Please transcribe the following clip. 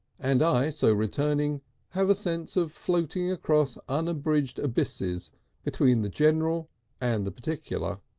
and i so returning have a sense of floating across unbridged abysses between the general and the particular.